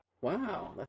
wow